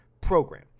program